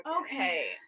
okay